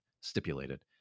Stipulated